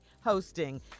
hosting